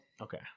okay